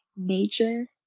nature